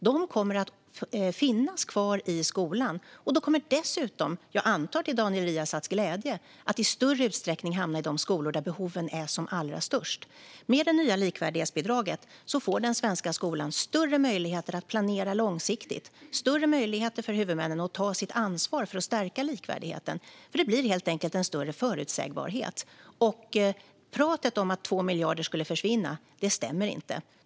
De kommer att finnas kvar i skolan. De kommer dessutom - jag antar till Daniel Riazats glädje - i större utsträckning att hamna i de skolor där behoven är som allra störst. Med det nya likvärdighetsbidraget får den svenska skolan större möjligheter att planera långsiktigt, och det blir större möjligheter för huvudmännen att ta sitt ansvar för att stärka likvärdigheten. Det blir helt enkelt en större förutsägbarhet. Pratet om att 2 miljarder skulle försvinna stämmer inte.